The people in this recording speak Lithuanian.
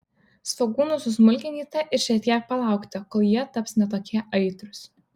svogūnus susmulkinkite ir šiek tiek palaukite kol jie taps ne tokie aitrūs